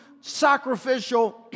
sacrificial